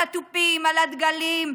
על התופים, על הדגלים.